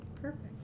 Perfect